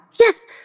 Yes